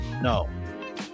no